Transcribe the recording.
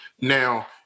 Now